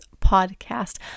podcast